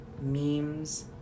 memes